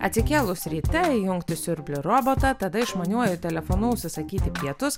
atsikėlus ryte įjungti siurblį robotą tada išmaniuoju telefonu užsisakyti pietus